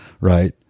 right